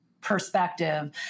perspective